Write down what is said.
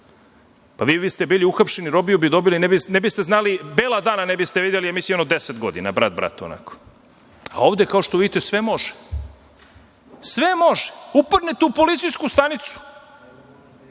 Vi biste bili uhapšeni, robiju bi dobili, bela dana ne biste videli, mislim jedno 10 godina, brat bratu, onako. Ovde, kao što vidite, sve može. Sve može. Upadnete u policijsku stanicu.